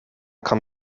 kam